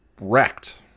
wrecked